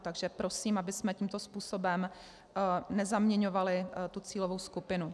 Takže prosím, abychom tímto způsobem nezaměňovali cílovou skupinu.